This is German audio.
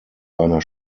einer